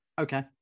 Okay